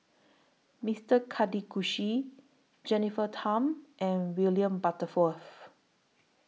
Mister Karthigesu Jennifer Tham and William Butterworth